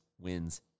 wins